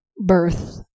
Birth